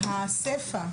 אנחנו החלטנו למחוק את הסיפא,